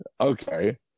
Okay